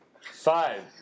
Five